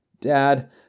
Dad